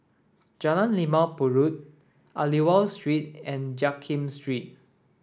Jalan Limau Purut Aliwal Street and Jiak Kim Street